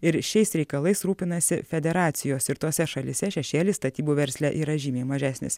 ir šiais reikalais rūpinasi federacijos ir tose šalyse šešėlis statybų versle yra žymiai mažesnis